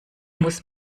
muss